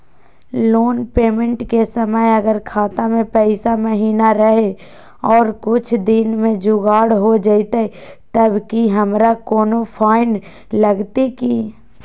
Loan payment के समय अगर खाता में पैसा महिना रहै और कुछ दिन में जुगाड़ हो जयतय तब की हमारा कोनो फाइन लगतय की?